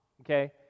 okay